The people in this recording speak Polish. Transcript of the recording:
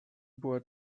była